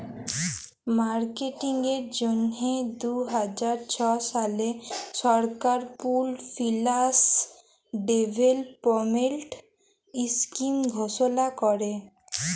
মার্কেটিংয়ের জ্যনহে দু হাজার ছ সালে সরকার পুল্ড ফিল্যাল্স ডেভেলপমেল্ট ইস্কিম ঘষলা ক্যরে